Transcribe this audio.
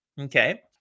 okay